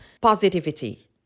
positivity